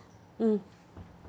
mm